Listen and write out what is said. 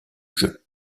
jeu